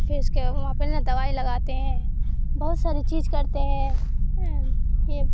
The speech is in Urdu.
پھر اس کے وہاں پہلے نہ دوائی لگاتے ہیں بہت ساری چیز کرتے ہیں یہ